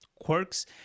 quirks